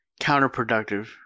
counterproductive